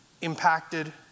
impacted